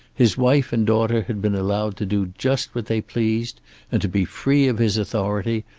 his wife and daughter had been allowed to do just what they pleased and to be free of his authority,